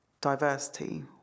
diversity